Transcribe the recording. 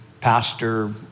pastor